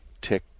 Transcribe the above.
Tick